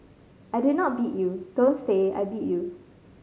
I did not beat you don't say I beat you